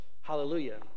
hallelujah